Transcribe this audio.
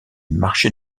marchés